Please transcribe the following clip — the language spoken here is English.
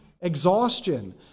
exhaustion